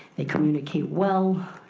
they communicate well,